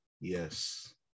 Yes